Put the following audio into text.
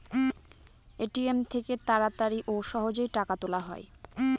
ATM থেকে তাড়াতাড়ি ও সহজেই টাকা তোলা যায়